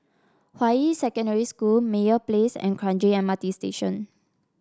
Hua Yi Secondary School Meyer Place and Kranji M R T Station